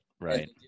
right